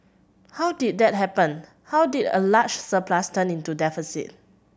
how did that happen how did a large surplus turn into deficit